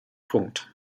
punkt